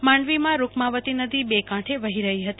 માંડવીમાં રૂકમાવતી નદી બે કાંઠે વહી રહી હતી